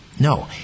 No